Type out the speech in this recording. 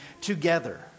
together